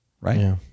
Right